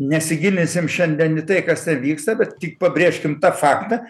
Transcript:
nesigilinsim šiandien į tai kas ten vyksta bet tik pabrėžkim tą faktą